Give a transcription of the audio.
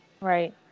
Right